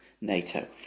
NATO